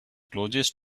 closest